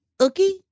okay